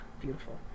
beautiful